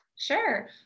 Sure